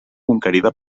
conquerida